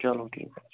چلو ٹھیٖک حظ چھِ